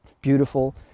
beautiful